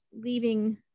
leaving